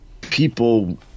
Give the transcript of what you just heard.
people